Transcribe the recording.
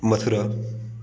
Mathura